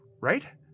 right